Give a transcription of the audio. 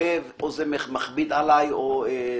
היום בזכות הקניין.